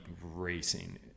racing